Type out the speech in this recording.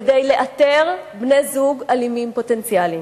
כדי לזהות בני-זוג אלימים פוטנציאליים.